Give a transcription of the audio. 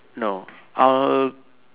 no I will